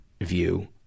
view